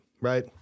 right